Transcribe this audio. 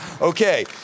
Okay